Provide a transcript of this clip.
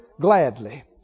gladly